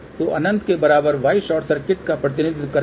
तो अनंत के बराबर वाई शॉर्ट सर्किट का प्रतिनिधित्व करेगा